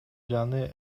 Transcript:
жаңы